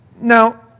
Now